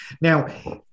Now